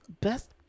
Best